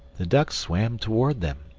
the duck swam toward them,